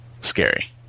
scary